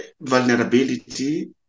vulnerability